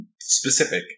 specific